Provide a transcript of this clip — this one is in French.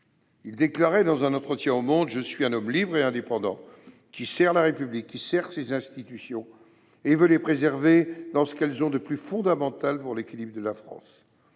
Il déclarait alors, dans un entretien au :« Je suis un homme libre et indépendant, qui sert la République, qui sert ses institutions et veut les préserver dans ce qu'elles ont de plus fondamental pour l'équilibre de la France. »